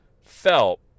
felt